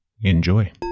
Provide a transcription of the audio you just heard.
Enjoy